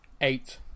eight